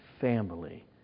family